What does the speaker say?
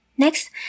Next